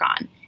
on